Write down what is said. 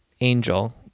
Angel